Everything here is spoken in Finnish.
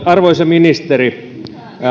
arvoisa ministeri